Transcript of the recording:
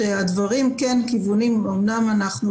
בין התקציבים